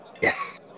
Yes